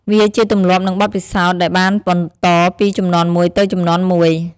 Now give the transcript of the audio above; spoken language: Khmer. វាជាទម្លាប់និងបទពិសោធន៍ដែលបានបន្តពីជំនាន់មួយទៅជំនាន់មួយ។